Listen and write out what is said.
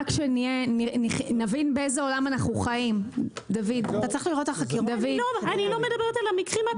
רק שנבין באיזה עולם אנחנו חיים --- אני לא מדברת על המקרים הקשים.